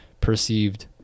perceived